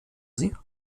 sie